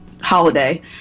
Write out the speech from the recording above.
holiday